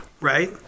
right